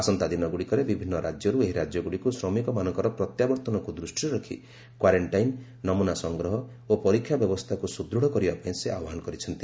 ଆସନ୍ତା ଦିନଗୁଡ଼ିକରେ ବିଭିନ୍ନ ରାଜ୍ୟରୁ ଏହି ରାଜ୍ୟଗୁଡ଼ିକୁ ଶ୍ରମିକମାନଙ୍କର ପ୍ରତ୍ୟାବର୍ତ୍ତନକୁ ଦୃଷ୍ଟିରେ ରଖି କ୍ୱାରେଷ୍ଟାଇନ୍ ନମୁନା ସଂଗ୍ରହ ଓ ପରୀକ୍ଷା ବ୍ୟବସ୍ଥାକୁ ସୁଦୃଢ଼ କରିବା ପାଇଁ ସେ ଆହ୍ୱାନ କରିଛନ୍ତି